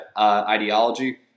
ideology